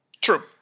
True